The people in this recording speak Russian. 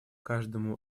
каждому